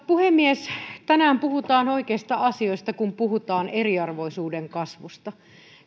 puhemies tänään puhutaan oikeista asioista kun puhutaan eriarvoisuuden kasvusta